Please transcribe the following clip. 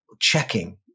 checking